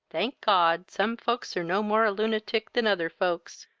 thank god! some folks are no more a lunatic than other folks.